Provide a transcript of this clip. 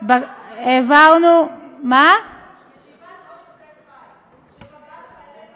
מה עם ישיבת עוד יוסף חי שפגעה בחיילים שלנו?